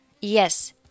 Yes